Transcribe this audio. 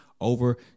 over